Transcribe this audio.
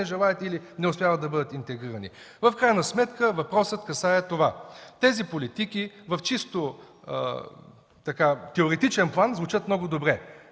не желаят или не успяват да бъдат интегрирани. В крайна сметка въпросът касае това. Тези политики в чисто теоретичен план звучат много добре.